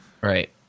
Right